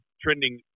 trending